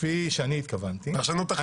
כפי שאני התכוונתי -- פרשנות תכליתית.